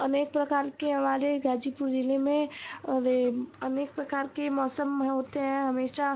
अनेक प्रकार के हमारे गाजीपुर ज़िले में अरे अनेक प्रकार के मौसम होते हैं हमेशा